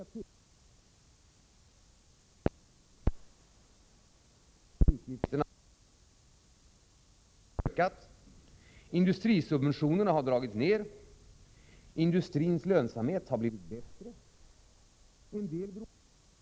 Ökningstakten i de offentliga utgifterna har minskat. Exporten har ökat. Industrisubventionerna har dragits ned. Industrins lönsamhet har blivit bättre. En del beror på högkonjunkturen och en klok politik i våra viktiga exportländer.